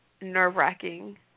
nerve-wracking